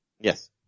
Yes